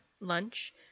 Lunch